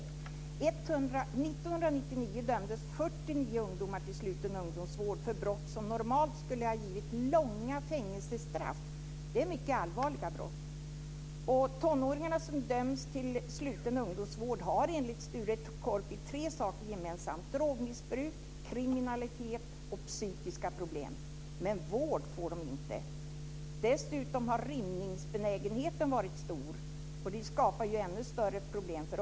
1999 dömdes 49 ungdomar till sluten ungdomsvård för brott som normalt skulle ha givit långa fängelsestraff; det är mycket allvarliga brott. De tonåringar som döms till sluten ungdomsvård har enligt Sture Korpi tre saker gemensamt: drogmissbruk, kriminalitet och psykiska problem. Men vård får de inte. Dessutom har rymningsbenägenheten varit stor. Det skapar ju ännu större problem.